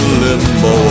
limbo